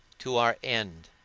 to our end,